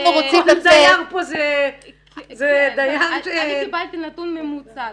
כל דייר פה זה -- אני קיבלתי נתון ממוצע,